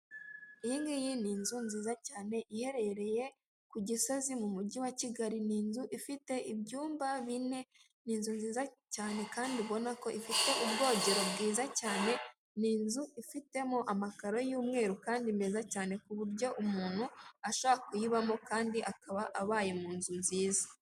Iyingiyi ni inzu nziza cyane iherereye ku Gisozi, mu mugi wa Kigali. Ni inzu ifite ibyumba bine. Ni inzu nziza cyane kandi ubona ko ifite ubwogero bwiza cyane, ni inzu ifitemo amakaro y'umweru kandi meza cyane, ku buryo umuntu ashobora kuyibamo kandi akaba abaye mu nzu nziza.